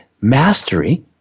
mastery